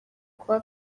kuba